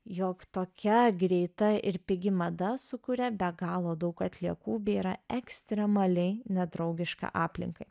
jog tokia greita ir pigi mada sukuria be galo daug atliekų bei yra ekstremaliai nedraugiška aplinkai